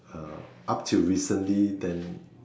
uh up till recently then